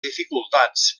dificultats